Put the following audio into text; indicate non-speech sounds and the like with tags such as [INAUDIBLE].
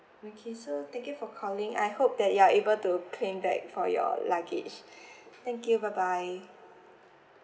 okay so thank you for calling I hope that you are able to claim back for your luggage [BREATH] thank you bye bye